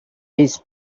his